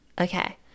Okay